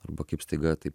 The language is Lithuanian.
arba kaip staiga taip